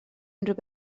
unrhyw